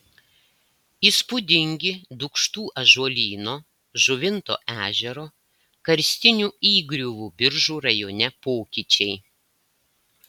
įspūdingi dūkštų ąžuolyno žuvinto ežero karstinių įgriuvų biržų rajone pokyčiai